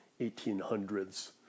1800s